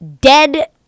dead